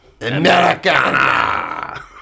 Americana